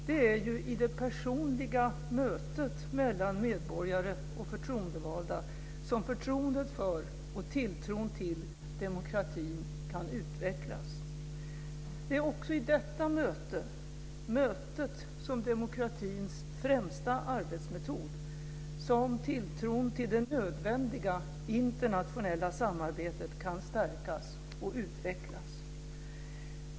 Det är ju i det personliga mötet mellan medborgare och förtroendevalda som förtroendet för och tilltron till demokratin kan utvecklas. Det är också i detta möte - mötet som demokratins främsta arbetsmetod - som tilltron till det nödvändiga internationella samarbetet kan stärkas och utvecklas.